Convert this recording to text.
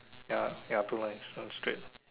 ya ya blue lines some straight